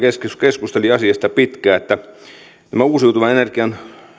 keskusteli asiasta pitkään että vaikka tämä uusiutuvan energian